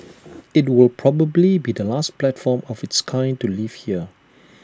IT will probably be the last platform of its kind to leave here